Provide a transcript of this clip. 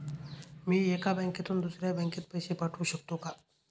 मी एका बँकेतून दुसऱ्या बँकेत पैसे पाठवू शकतो का?